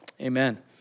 Amen